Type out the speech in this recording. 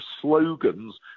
slogans